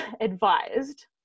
advised